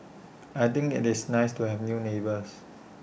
I think IT is nice to have new neighbours